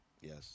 yes